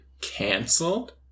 canceled